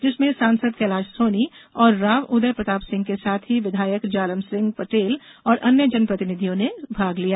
जिसमें सांसद कैलाश सोनी और राव उदय प्रताप सिंह के साथ ही विधायक जालम सिंह पटेल और अन्य जनप्रतिनिधियों ने भाग लिया